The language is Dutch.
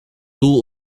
doel